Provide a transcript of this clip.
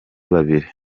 babiri